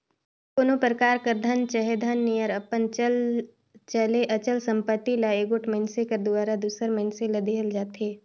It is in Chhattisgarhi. कोनो परकार कर धन चहे धन नियर अपन चल चहे अचल संपत्ति ल एगोट मइनसे कर दुवारा दूसर मइनसे ल देहल जाथे